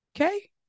Okay